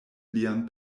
lian